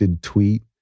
tweet